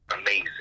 amazing